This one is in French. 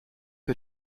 que